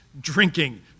drinking